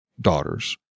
daughters